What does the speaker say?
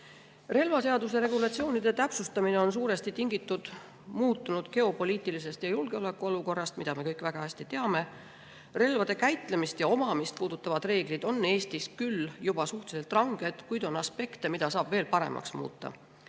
eelnõu. Relvaseaduse regulatsioonide täpsustamine on suuresti tingitud muutunud geopoliitilisest ja julgeolekuolukorrast, nagu me kõik väga hästi teame. Relvade käitlemist ja omamist puudutavad reeglid on Eestis küll juba suhteliselt ranged, kuid on aspekte, mida saab veel paremaks muuta.